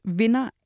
vinder